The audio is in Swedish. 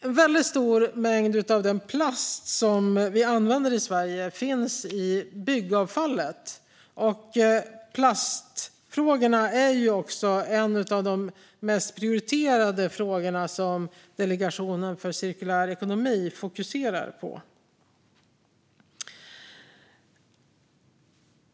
En väldigt stor mängd av den plast vi använder i Sverige finns i byggavfallet, och plastfrågan är också en av de mest prioriterade frågor som Delegationen för cirkulär ekonomi fokuserar på.